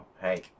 hey